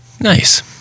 Nice